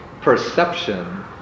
perception